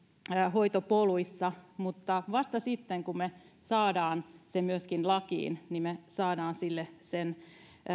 hoitopoluissa mutta vasta sitten kun me saamme sen myöskin lakiin me saamme sille sen